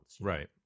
right